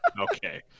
Okay